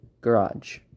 garage